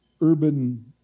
urban